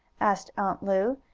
asked aunt lu,